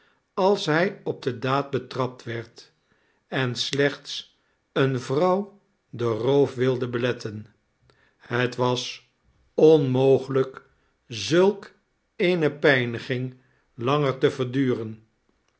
als hij op de daad betrapt werd en slechts eene vrouw den roof wilde beletten het was onmogelijk zulk eene pijniging langer te verduren